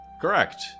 correct